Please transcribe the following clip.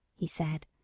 he said,